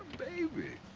baby!